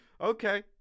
Okay